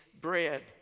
bread